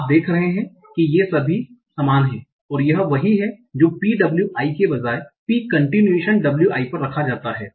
आप देख रहे हैं कि ये सभी समान हैं और यह वही है जो अब p w i के बजाय p continuation w i पर रखा जाता है